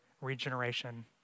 regeneration